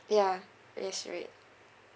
yeah yes right